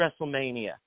WrestleMania